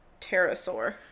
pterosaur